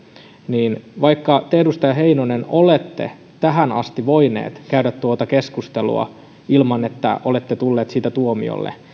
niin vaikka te edustaja heinonen olette tähän asti voinut käydä tuota keskustelua ilman että olette tullut siitä tuomiolle